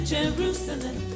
Jerusalem